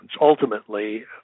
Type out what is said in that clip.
ultimately